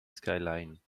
skyline